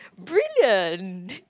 brilliant